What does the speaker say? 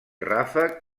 ràfec